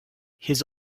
his